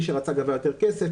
מי שרצה גבה יותר כסף,